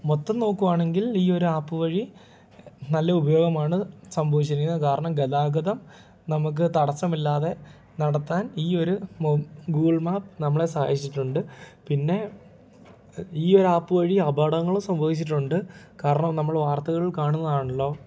മൊത്തം നോക്കുവാണെങ്കിൽ ഈ ഒരാപ്പ് വഴി നല്ല ഉപയോഗമാണ് സംഭവിച്ചിരിക്കുന്നത് കാരണം ഗതാഗതം നമുക്ക് തടസ്സമില്ലാതെ നടത്താൻ ഈ ഒരു മൊ ഗൂഗിൾ മാപ്പ് നമ്മളെ സഹായിച്ചിട്ടുണ്ട് പിന്നെ ഈ ഒരാപ്പ് വഴി അപകടങ്ങളും സംഭവിച്ചിട്ടുണ്ട് കാരണം നമ്മള് വാർത്തകൾ കാണുന്നതാണല്ലോ